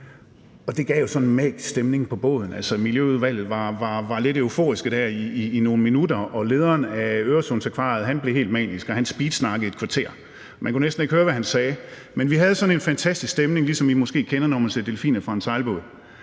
og det gav jo sådan en magisk stemning på båden. Altså, Miljøudvalget var lidt euforiske i nogle minutter, og lederen af Øresundsakvariet blev helt manisk, og han speedsnakkede i et kvarter. Man kunne næsten ikke høre, hvad han sagde, men vi havde sådan en fantastisk stemning, ligesom I måske kender det, når man ser delfiner fra en sejlbåd.